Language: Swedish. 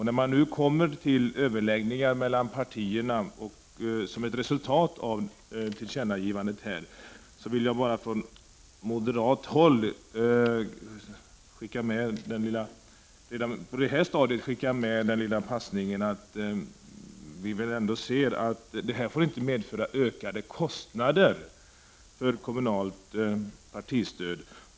När man nu kommer till överläggningar mellan partierna, som ett resultat av tillkännagivandet, vill jag från moderat håll på det här stadiet skicka med den lilla passningen att detta inte får medföra ökade kostnader för kommunalt partistöd.